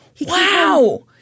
Wow